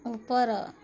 ଉପର